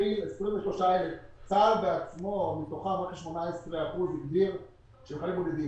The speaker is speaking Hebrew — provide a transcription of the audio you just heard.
שמכיל 23,000. צה"ל הגדיר כ-18% מתוכם כחיילים בודדים.